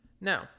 Now